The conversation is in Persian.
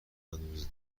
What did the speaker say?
روز